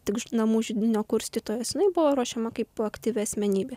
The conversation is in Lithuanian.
tik namų židinio kurstytojos jinai buvo ruošiama kaip aktyvi asmenybė